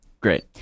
Great